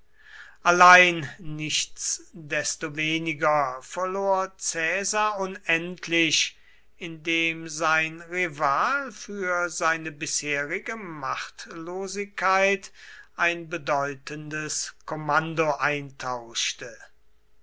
allein nichtsdestoweniger verlor caesar unendlich indem sein rival für seine bisherige machtlosigkeit ein bedeutendes kommando eintauschte